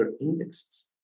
indexes